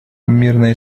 мирное